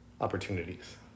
opportunities